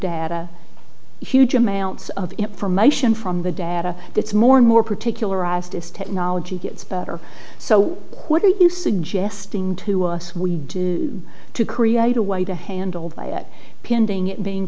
data huge amounts of information from the data gets more and more particularized this technology gets better so what are you suggesting to us we do to create a way to handle the at pinning it being